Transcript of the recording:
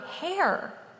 hair